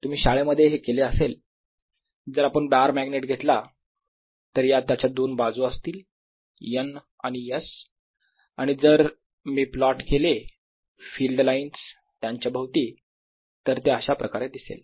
तुम्ही शाळेमध्ये हे केले असेल जर आपण बार मॅग्नेट घेतला तर या त्याच्या दोन बाजू असतील N आणि S आणि जर मी प्लॉट केले फील्ड लाइन्स त्यांच्या भोवती तर ते अशा प्रकारे दिसेल